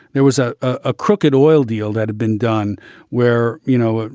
there was a ah crooked oil deal that had been done where, you know,